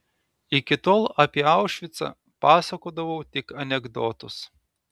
iki tol apie aušvicą pasakodavau tik anekdotus